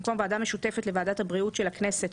במקום "ועדה משותפת לוועדת הבריאות של הכנסת,